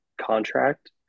contract